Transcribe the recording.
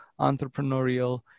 entrepreneurial